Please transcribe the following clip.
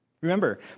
Remember